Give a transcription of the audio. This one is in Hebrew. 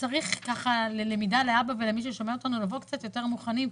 שצריך לבוא קצת יותר מוכנים,